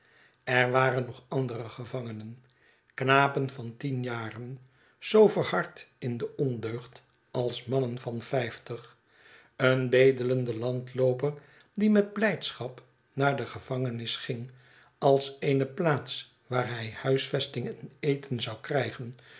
er waren nog andere gevangenen knapen van tien jaren zoo verhard in de ondeugd als mannen van vijftig een bedelende landlooper die met blijdschap naar de gevangenis ging als eene plaats waar hij huisvesting en eten zou krijgen